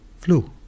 flu